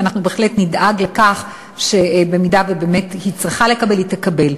ואנחנו בהחלט נדאג לכך שאם באמת היא צריכה לקבל,